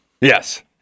Yes